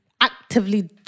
actively